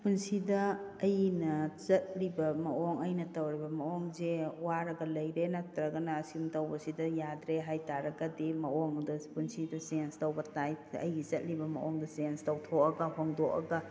ꯄꯨꯟꯁꯤꯗ ꯑꯩꯅ ꯆꯠꯂꯤꯕ ꯃꯑꯣꯡ ꯑꯩꯅ ꯇꯧꯔꯤꯕ ꯃꯑꯣꯡꯁꯦ ꯋꯥꯔꯒ ꯂꯩꯔꯦ ꯅꯠꯇ꯭ꯔꯒꯅ ꯑꯁꯨꯝ ꯇꯧꯕꯁꯤꯗ ꯌꯥꯗ꯭ꯔꯦ ꯍꯥꯏꯇꯥꯔꯒꯗꯤ ꯃꯑꯣꯡ ꯑꯃꯗ ꯄꯨꯟꯁꯤꯗꯨ ꯆꯦꯟꯁ ꯇꯧꯕ ꯇꯥꯏ ꯑꯩꯒꯤ ꯆꯠꯂꯤꯕ ꯃꯑꯣꯡꯗꯣ ꯆꯦꯟꯁ ꯇꯧꯊꯣꯛꯑꯒ ꯍꯣꯡꯗꯣꯛꯑꯒ